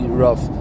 rough